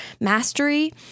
mastery